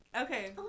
Okay